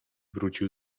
wrócił